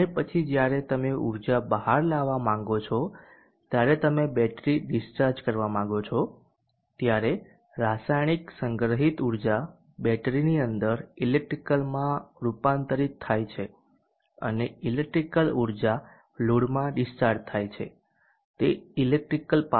અને પછી જ્યારે તમે ઉર્જા બહાર લાવવા માંગો છો જ્યારે તમે બેટરી ડીસ્ચાર્જ કરવા માંગો છો ત્યારે રાસાયણિક સંગ્રહિત ઉર્જા બેટરીની અંદર ઇલેક્ટ્રિકલમાં રૂપાંતરિત થાય છે અને ઈલેક્ટ્રીકલ ઉર્જા લોડમાં ડીસ્ચાર્જ થાય છે તે એક ઈલેક્ટ્રીકલ પાવર છે